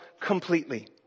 completely